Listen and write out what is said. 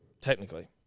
technically